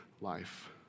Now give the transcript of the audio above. life